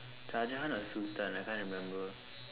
sergeant or Sultan I can't remember